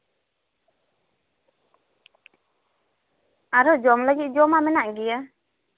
ᱟᱨᱦᱚᱸ ᱡᱚᱢ ᱞᱟᱹᱜᱤᱫ ᱡᱚ ᱢᱟ ᱢᱮᱱᱟᱜ ᱜᱮᱭᱟ